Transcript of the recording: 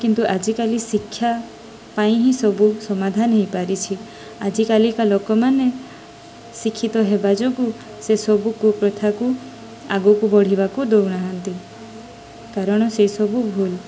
କିନ୍ତୁ ଆଜିକାଲି ଶିକ୍ଷା ପାଇଁ ହିଁ ସବୁ ସମାଧାନ ହୋଇପାରିଛି ଆଜିକାଲିକା ଲୋକମାନେ ଶିକ୍ଷିତ ହେବା ଯୋଗୁଁ ସେ ସବୁ କଥାକୁ ଆଗକୁ ବଢ଼ିବାକୁ ଦଉନାହାନ୍ତି କାରଣ ସେସବୁ ଭୁଲ୍